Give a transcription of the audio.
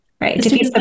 right